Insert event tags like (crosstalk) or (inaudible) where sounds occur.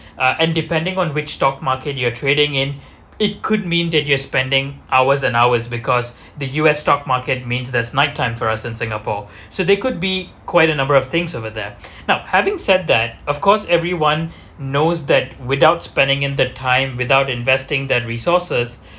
uh and depending on which stock market you are trading in it could mean that you'll spending hours and hours because the U_S stock market means there's nighttime for us in singapore so they could be quite a number of things over there (breath) now having said that of course everyone knows that without spending in the time without investing that resources